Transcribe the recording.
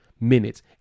minutes